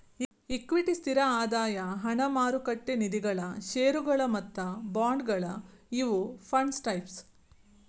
equity ಸ್ಥಿರ ಆದಾಯ ಹಣ ಮಾರುಕಟ್ಟೆ ನಿಧಿಗಳ ಷೇರುಗಳ ಮತ್ತ ಬಾಂಡ್ಗಳ ಇವು ಫಂಡ್ಸ್ ಟೈಪ್ಸ್